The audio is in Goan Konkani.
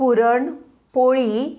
पुरण पोळी